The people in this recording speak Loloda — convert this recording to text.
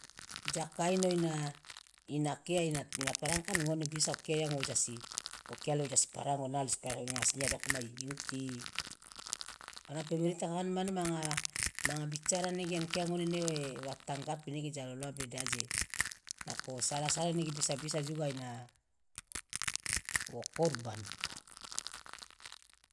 jakaino ina ina kiya ina parang kan ngone bisa okia yang wo jasi okiali yang wo jasi parang onali supaya manga singia dokama iuti ona pemerinta kan mane manga manga bicara nege an kia ngone ne wa tanggapi nege ja loloa be de aje nako wo sala sala bisa bisa juga ina wo korban.